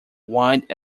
wide